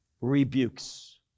rebukes